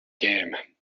game